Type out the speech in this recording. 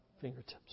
fingertips